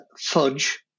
fudge